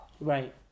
Right